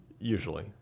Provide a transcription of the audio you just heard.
usually